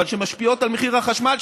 שמשפיעות על מחיר החשמל,